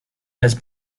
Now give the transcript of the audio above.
has